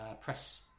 press